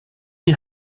die